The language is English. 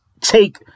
take